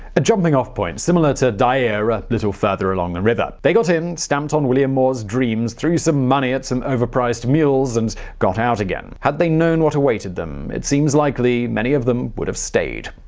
a jumping off point, similar to dyea a little further along the and river. they got in, stamped on william moore's dreams, threw some money at some overpriced mules, and got out again. had they known what awaited them, it seems likely many of them would've stayed.